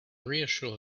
reassure